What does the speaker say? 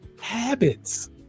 habits